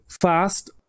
fast